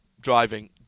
driving